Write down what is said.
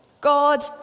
God